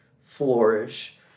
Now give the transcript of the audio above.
flourish